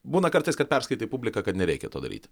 būna kartais kad perskaitai publiką kad nereikia to daryt